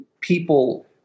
people